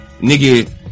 Nigga